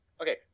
Okay